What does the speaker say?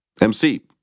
MC